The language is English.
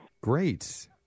Great